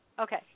Okay